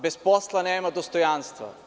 Bez posla nema dostojanstva.